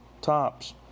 tops